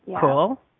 Cool